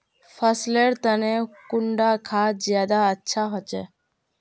फसल लेर तने कुंडा खाद ज्यादा अच्छा होचे?